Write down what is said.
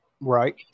Right